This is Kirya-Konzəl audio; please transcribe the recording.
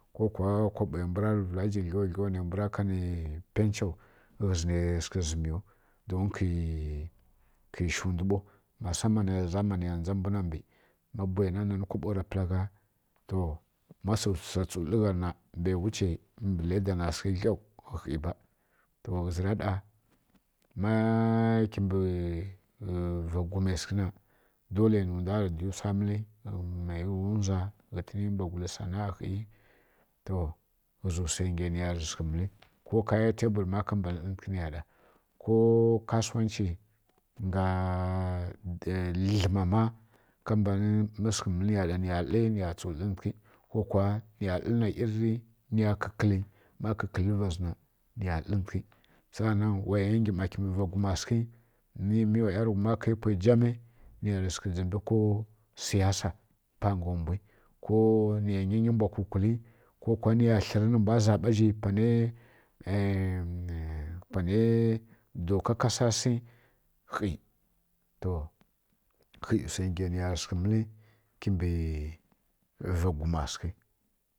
Kokuwa kwaɓowai mbwa vǝla ka zhi rǝ pwi tlǝni kami paincho ghǝzǝ nai sǝghǝ zǝm ya don kǝi shi ndwu ɓau wambwa shǝrǝ irin zamaniya ndza mbu mbi ma bwai na nani kaɓo mbǝ pǝla gha ma tsu dlǝri wsu gha rǝ na bau wuchai glau nǝgharǝ nǝ kha mbǝ laida khi ba ghǝzi ra ɗa ma kimbǝ va gwum na dolai nǝ ndwa di wsa mǝli pa wza kha gǝntǝna mbwawgula sana‘a to ghǝzǝ wsa ngi ya niyarǝ sǝghǝ mǝlǝ ko kaya taibur ma ka mbanǝ dlǝtǝghǝ naiyab ɗa ko kasuwanchi nga dlǝma ma ka mbanǝ kǝlǝ wsa nyi nai ya ɗa niya tsu lǝntǝghi kokuwa nǝya lǝntǝghi niya dlǝ na ˈyir ri ma kǝkǝlǝva zi na niyan dlǝntǝghi saanan waya ngi ˈma ki mbǝ va gwuma sǝghi na mi wa ˈyarǝghuma kai pwai jami niyarǝ sǝghǝn dzǝmbǝ ko siyasa ta nga mbwi ko niya nyi nyi mbwa kwukwuli ko niyas tlǝri nǝmbwa zaɓa zhi panai doka kasa si khi to khi wsa ngi ya niya sǝghǝ mǝli kimbǝ va gwuma sǝghi